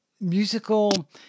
musical